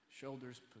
Shoulders